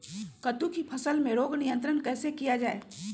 कददु की फसल में रोग नियंत्रण कैसे किया जाए?